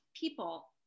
people